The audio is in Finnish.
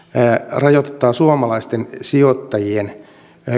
rajoitamme suomalaisten sijoittajien